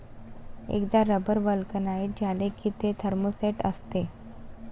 एकदा rubber vulcanise झाले की ते थर्मोसेट असते